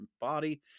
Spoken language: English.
body